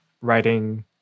writing